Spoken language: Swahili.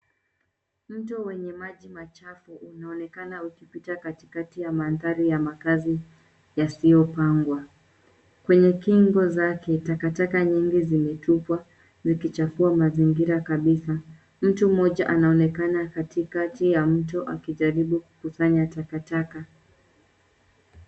Mto wenye maji machafu unaonekana ukipita katikati ya mandhari ya makaazi yasiyopangwa. Kwenye kingo zake takataka nyingi zimetupwa zikichafua mazingira kabisa. Mtu mmoja anaonekana katikati ya mto akijaribu kukusanya takataka.